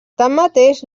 tanmateix